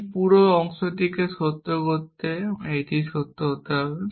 এই পুরো অংশটিকে সত্য করতে এটি সত্য হতে হবে